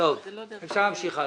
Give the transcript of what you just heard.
אני ממש במצב מביך לחלוטין.